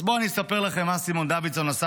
אז בואו אני אספר לכם מה סימון דוידסון עשה